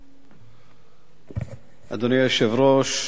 אדוני היושב-ראש, חברי חברי הכנסת, אדוני השר,